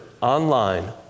online